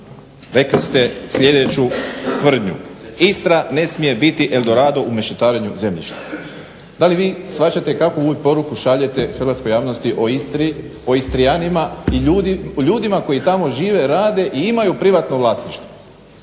Rekli ste sljedeću tvrdnju. Istra ne smije biti eldorado u mešetarenju zemljišta. Da li vi shvaćate kakvu vi poruku šaljete hrvatskoj javnosti o Istri, o Istrljanima i ljudima koji tamo žive, rade i imaju privatno vlasništvo